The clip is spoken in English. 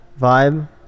vibe